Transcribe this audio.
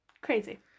crazy